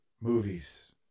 movies